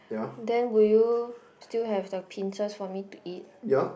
then will you still have the pinces for me to eat